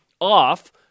off